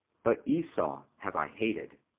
but esau have i hated.